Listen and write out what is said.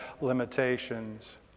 limitations